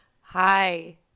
Hi